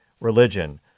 religion